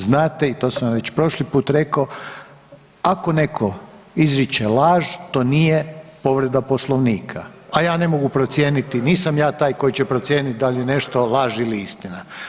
Znate i to sam već prošli put rekao, ako netko izriče laž to nije povreda Poslovnika, a ja ne mogu procijeniti, nisam ja taj koji će procijeniti da li je nešto laž ili istina.